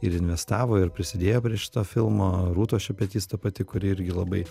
ir investavo ir prisidėjo prie šito filmo rūta šepetys ta pati kuri irgi labai